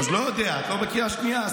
לא יודע, את לא בקריאה שנייה?